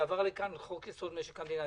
עבר לכאן חוק יסוד: משק המדינה.